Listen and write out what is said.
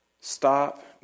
Stop